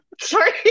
sorry